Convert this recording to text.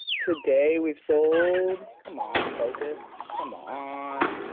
today, we've sold. come on focus, come on.